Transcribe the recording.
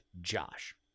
Josh